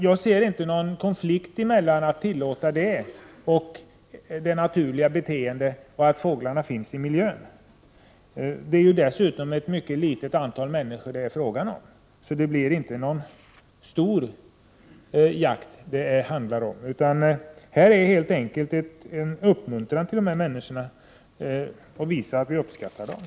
Jag ser inte någon konflikt i att tillåta en begränsad jakt som ett naturligt beteende och önskan om att behålla sjöfågelbeståndet i miljön. Det är dessutom fråga om ett mycket litet antal människor, så det handlar inte om någon omfattande jakt. Att tillåta denna jakt skulle helt enkelt vara en uppmuntran till dessa människor och ett bevis på att vi uppskattar dem.